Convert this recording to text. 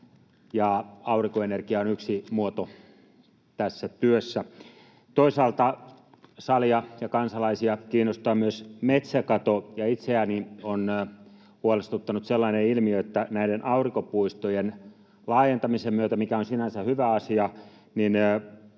ja aurinkoenergia on yksi muoto tässä työssä. Toisaalta salia ja kansalaisia kiinnostaa myös metsäkato, ja itseäni on huolestuttanut sellainen ilmiö, että näiden aurinkopuistojen laajentamisen myötä — joka on sinänsä hyvä asia